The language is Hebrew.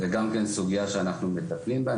זו גם סוגיה שאנחנו מטפלים בה,